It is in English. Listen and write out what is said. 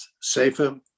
safer